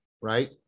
right